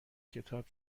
کتاب